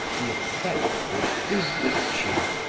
the effect was bewitching,